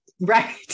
Right